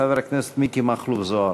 חבר הכנסת מכלוף מיקי זוהר.